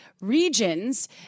regions